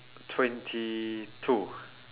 twenty two